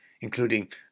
including